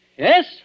Yes